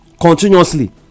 continuously